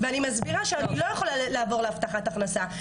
ואני מסבירה שאני לא יכולה לעבור להבטחת הכנסה,